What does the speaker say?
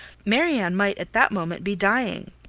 marianne might at that moment be dying.